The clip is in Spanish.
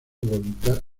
voluntad